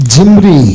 Jimri